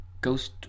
ghost